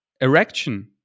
erection